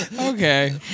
Okay